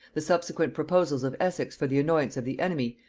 the subsequent proposals of essex for the annoyance of the enemy,